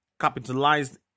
capitalized